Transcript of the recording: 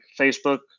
Facebook